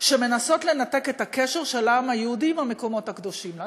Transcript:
שמנסות לנתק את הקשר של העם היהודי למקומות הקדושים לנו,